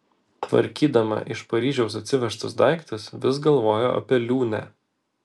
tvarkydama iš paryžiaus atsivežtus daiktus vis galvojo apie liūnę